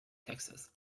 texas